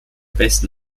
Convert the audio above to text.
besten